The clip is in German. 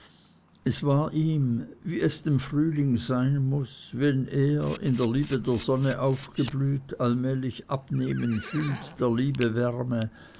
es war ihm wie es dem frühling sein muß wenn er in der liebe der sonne aufgeblüht allmählich abnehmen fühlt der liebe wärme